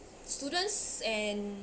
students and